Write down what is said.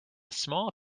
small